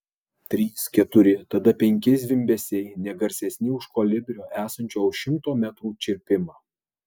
trys keturi tada penki zvimbesiai ne garsesni už kolibrio esančio už šimto metrų čirpimą